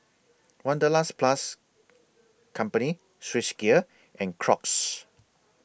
Wanderlust Plus Company Swissgear and Crocs